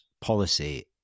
policy